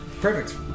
Perfect